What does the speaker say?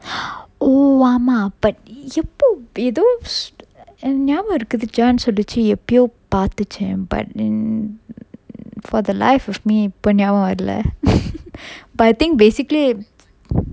oh ஆமா அப்ப எப்ப ஏதோ எனக்கு ஞாபகம் இருக்குது:aama appa eppa etho enakku njapakam irukkuthu jane சொல்லிச்சி எப்பயோ பாத்திச்சன்:sollichi eppayo patthichan but err then for the life of me இப்ப ஞாபகம் வரல:ippa njapakam varala but I think basically